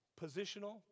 Positional